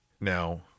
now